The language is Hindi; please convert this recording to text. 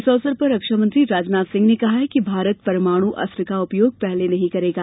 इस अवसर पर रक्षा मंत्री राजनाथ सिंह ने कहा कि भारत परमाणु अस्त्र का उपयोग पहले नहीं करेगा